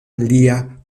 lia